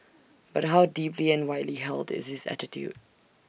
but how deeply and widely held is this attitude